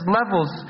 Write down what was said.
levels